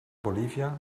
bolivia